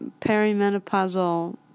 perimenopausal